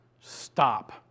Stop